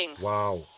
Wow